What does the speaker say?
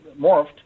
morphed